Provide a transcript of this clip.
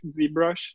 ZBrush